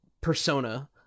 Persona